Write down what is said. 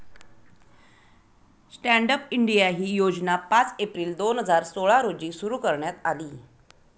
stand up India ही योजना पाच एप्रिल दोन हजार सोळा रोजी सुरु करण्यात आली